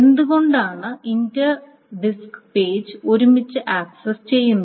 എന്തുകൊണ്ടാണ് inter disk page ഒരുമിച്ച് access ചെയ്യുന്നത്